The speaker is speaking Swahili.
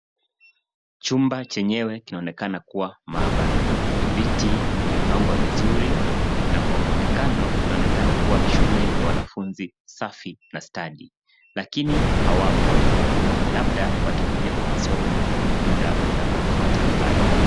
Chumba chenyewe kinaonekana kuwa maabara. Viti vimepangwa vizuri na kwa muonaonekano inaonekana kuwa shule ya wanafunzi safi na stadi lakini hawapo labda watakuja kwa masomo muda utakaofuata baadaye.